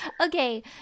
okay